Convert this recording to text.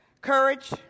Courage